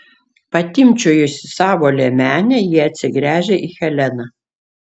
patimpčiojusi savo liemenę ji atsigręžia į heleną